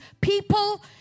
people